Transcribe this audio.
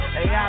Hey